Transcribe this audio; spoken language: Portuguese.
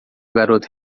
garoto